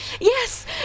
Yes